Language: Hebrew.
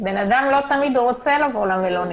לא תמיד רוצה לבוא למלונית.